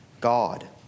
God